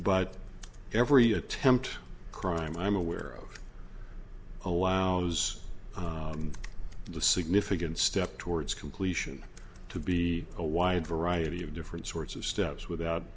but every attempt crime i'm aware of allows the significant step towards completion to be a wide variety of different sorts of steps without